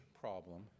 problem